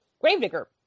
Gravedigger